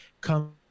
come